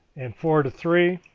and four to three.